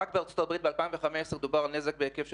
רק בארצות הברית דובר בתקופה זו על נזק של